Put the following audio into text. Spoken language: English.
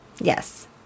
Yes